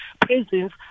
prisons